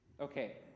Okay